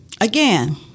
again